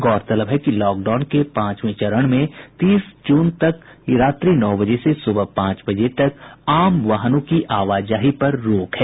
गौरतलब है कि लॉकडाउन के पांचवें चरण में तीस जून तक रात्रि नौ बजे से सुबह पांच बजे तक आम वाहनों की आवाजाही पर रोक है